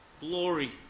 glory